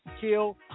kill